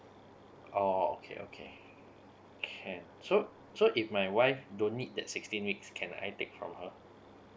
oh okay okay can so so if my wife don't need that sixteen weeks can I take from her